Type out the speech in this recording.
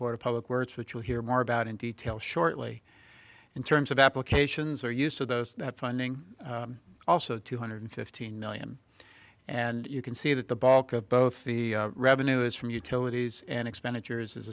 board of public works which we'll hear more about in detail shortly in terms of applications or use of those funding also two hundred fifteen million and you can see that the bulk of both the revenue is from utilities and expenditures is